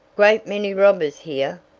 great many robbers here.